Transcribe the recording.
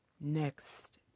next